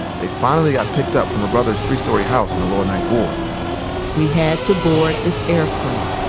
they finally got picked up from her brother's three-story house in the lower ninth ward we had to board this airplane.